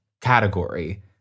category